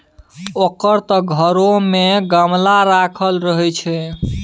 ओकर त घरो मे गमला राखल रहय छै